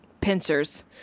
pincers